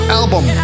album